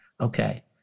Okay